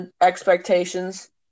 expectations